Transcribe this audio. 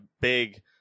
big